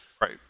Right